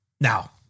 Now